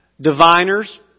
diviners